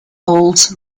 holds